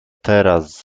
teraz